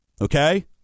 Okay